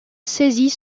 saisit